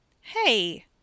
Hey